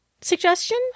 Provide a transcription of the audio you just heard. suggestion